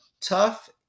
tough